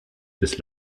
des